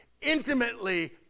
intimately